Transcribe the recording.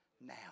now